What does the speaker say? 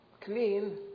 clean